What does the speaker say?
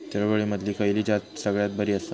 चवळीमधली खयली जात सगळ्यात बरी आसा?